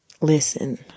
listen